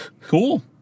Cool